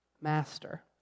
master